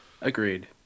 Agreed